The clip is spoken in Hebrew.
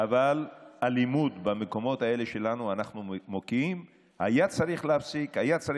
ואנחנו יודעים לנהל